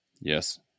Yes